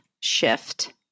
Shift